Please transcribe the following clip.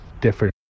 different